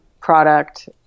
product